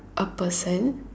a person